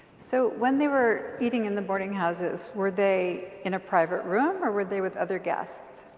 so when they were eating in the boarding houses, were they in a private room? or were they with other guests?